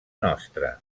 nostre